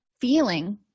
feeling